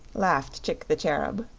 laughed chick the cherub.